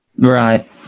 Right